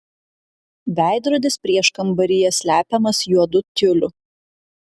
veidrodis prieškambaryje slepiamas juodu tiuliu